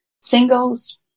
singles